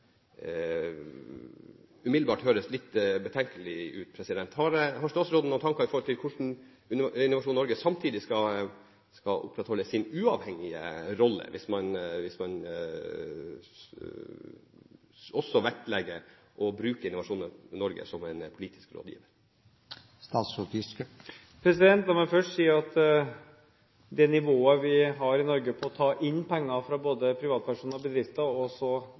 umiddelbart høres litt betenkelig ut. Har statsråden noen tanker om hvordan Innovasjon Norge samtidig skal opprettholde sin uavhengige rolle, hvis man også vektlegger å bruke Innovasjon Norge som en politisk rådgiver? La meg først si at det nivået vi har i Norge på å ta inn penger fra både privatpersoner og bedrifter, og så